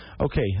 okay